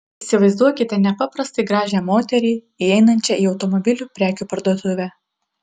įsivaizduokite nepaprastai gražią moterį įeinančią į automobilių prekių parduotuvę